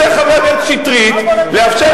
רוצה חבר הכנסת שטרית לאפשר